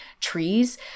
trees